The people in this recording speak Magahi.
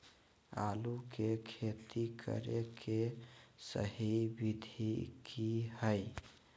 आलू के खेती करें के सही विधि की हय?